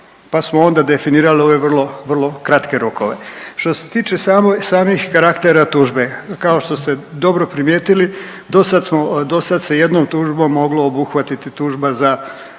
pa smo onda definirali ove vrlo, vrlo kratke rokove. Što se tiče samih karaktera tužbe, kao što ste dobro primijetili, dosad smo, dosad se jednom tužbom moglo obuhvatiti tužba za